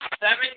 Seven